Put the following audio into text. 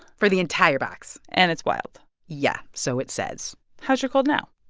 for the entire box and it's wild yeah, so it says how's your cold now?